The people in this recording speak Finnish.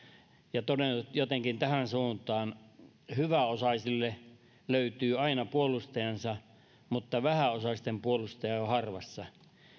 ja todennut jotenkin tähän suuntaan hyväosaisille löytyy aina puolustajansa mutta vähäosaisten puolustajia on harvassa